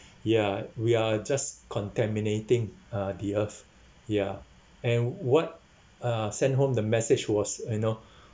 ya we are just contaminating uh the earth ya and what uh sent home the message was you know